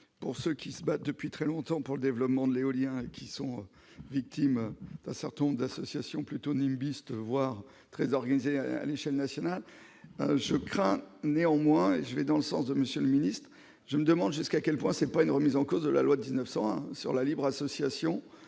pour ceux qui se battent depuis très longtemps pour le développement de l'éolien qui sont victimes d'un certain nombre d'associations plutôt Nîmes Beast, voire très organisés à l'échelle nationale, je crains néanmoins je vais dans le sens de monsieur le Ministre, je me demande jusqu'à quel point c'est pas une remise en cause de la loi 1901 sur la libre association